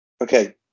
Okay